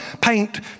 paint